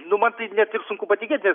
nu man tai net ir sunku patikėt nes